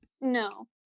No